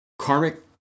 karmic